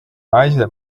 naise